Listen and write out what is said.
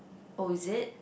oh is it